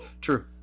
true